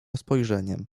spojrzeniem